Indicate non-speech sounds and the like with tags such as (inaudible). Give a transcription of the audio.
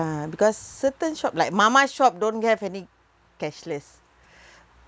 uh because certain shop like mama shop don't have any cashless (breath)